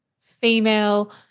female